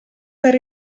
per